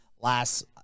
last